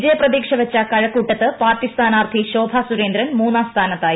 വിജയ പ്രതീക്ഷ വെച്ച കഴക്കൂട്ടത്ത് പാർട്ടി സ്ഥാനാർത്ഥി ശോഭാ സുരേന്ദ്രൻ മൂന്നാം സ്ഥാനത്തായി